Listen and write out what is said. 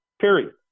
period